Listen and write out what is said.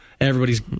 Everybody's